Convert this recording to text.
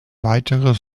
weiteres